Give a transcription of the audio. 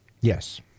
Yes